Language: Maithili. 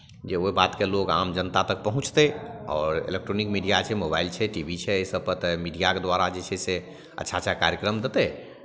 जे ओहि बातकेँ लोक आम जनता तक पहुँचतै आओर इलेक्ट्रॉनिक मीडिया छै मोबाइल छै टी भी छै एहि सभपर तऽ मीडियाके द्वारा जे छै से अच्छा अच्छा कार्यक्रम देतै